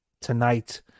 Tonight